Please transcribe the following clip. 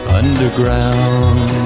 underground